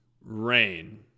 rain